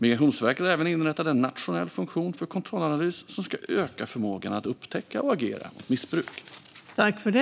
Migrationsverket har även inrättat en nationell funktion för kontrollanalys som ska öka förmågan att upptäcka och agera mot missbruk.